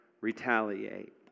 retaliate